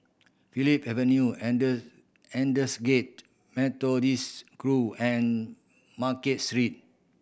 Phillip Avenue Aldersgate Methodist Grove and Market Street